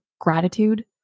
gratitude